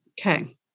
Okay